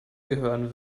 gehören